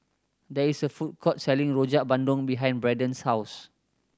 there is a food court selling Rojak Bandung behind Braden's house